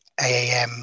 AAM